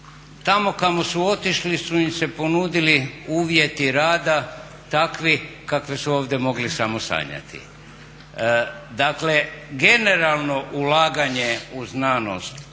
tamo kamo su otišli su im se ponudili uvjeti rada takvi kakve su ovdje mogli samo sanjati. Dakle generalno ulaganje u znanost, u